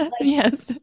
Yes